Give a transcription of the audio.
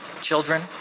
children